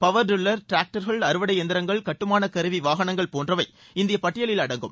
power tiller டிராக்டர்கள் அறுவடை எந்திரங்கள் கட்டுமான கருவி வாகனங்கள் போன்றவை இந்த பட்டியிலில் அடங்கும்